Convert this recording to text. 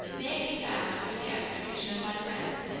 may it be found through the execution of my friends,